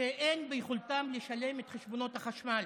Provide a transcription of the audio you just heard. שאין ביכולתם לשלם את חשבונות החשמל.